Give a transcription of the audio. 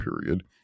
period